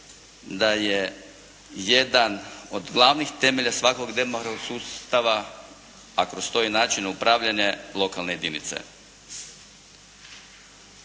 da je jedan od glavnih temelja svakog demografskog sustava a kroz to i načina upravljanja lokalne jedinice.